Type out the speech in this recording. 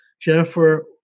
Jennifer